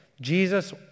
Jesus